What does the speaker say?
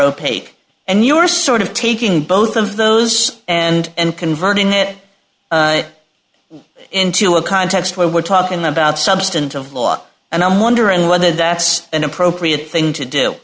opaque and you're sort of taking both of those and converting it into a context where we're talking about substantive law and i'm wondering whether that's an appropriate thing to do